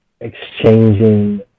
exchanging